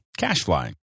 Cashfly